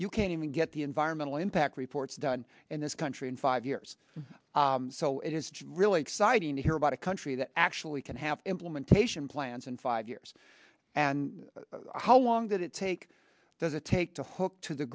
you can even get the environmental impact reports done in this country in five years so it is just really exciting to hear about a country that actually can have implementation plans in five years and how long did it take does it take to hook to the